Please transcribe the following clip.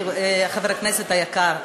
חבר הכנסת היקר,